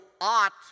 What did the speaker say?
ought